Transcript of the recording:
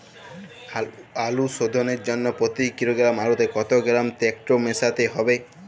আলু শোধনের জন্য প্রতি কিলোগ্রাম আলুতে কত গ্রাম টেকটো মেশাতে হবে?